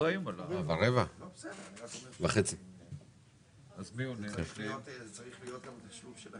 הרי המלח צריכים להיות מפונים לאגן הצפוני.